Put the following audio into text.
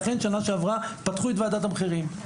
ואכן שנה שעברה, פתחו את ועדת המחירים.